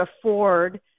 afford